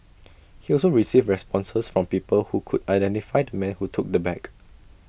he also received responses from people who could identify the man who took the bag